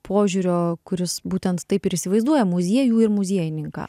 požiūrio kuris būtent taip ir įsivaizduoja muziejų ir muziejininką